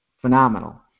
phenomenal